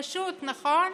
פשוט, נכון?